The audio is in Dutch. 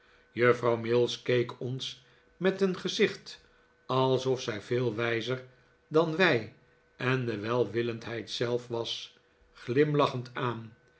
juffrouw mills keek ons met een gezicht alsof zij veel wijzer dan wij en de welwillendheid zelf was glimlachend aan